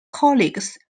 colleagues